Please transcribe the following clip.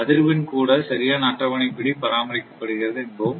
அதிர்வெண் கூட சரியான அட்டவணைப்படி பராமரிக்கப்படுகிறது என்போம்